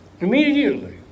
Immediately